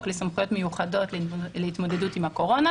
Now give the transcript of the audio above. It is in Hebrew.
לסמכויות מיוחדות להתמודדות עם הקורונה.